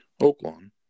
Oakland